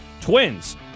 Twins